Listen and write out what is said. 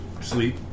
sleep